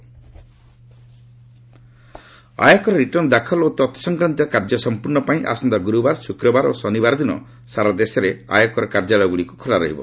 IT return ଆୟକର return ଦାଖଲ ଓ ତତ୍ସଂକ୍ରାନ୍ତୀୟ କାର୍ଯ୍ୟ ସମ୍ପର୍ଣ୍ଣ ପାଇଁ ଆସନ୍ତା ଗୁରୁବାର ଶୁକ୍ରବାର ଓ ଶନିବାର ଦିନ ସାରା ଦେଶରେ ଆୟକର କାର୍ଯ୍ୟାଳୟଗୁଡିକ ଖୋଲା ରହିବ